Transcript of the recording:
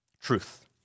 truth